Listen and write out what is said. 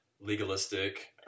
legalistic